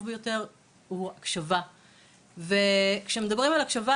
ביותר בה הוא הקשבה וכשמדברים על הקשה,